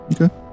Okay